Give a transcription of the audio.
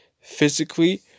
physically